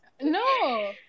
No